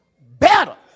better